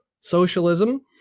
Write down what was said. Socialism